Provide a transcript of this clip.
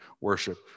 worship